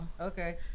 okay